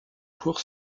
cour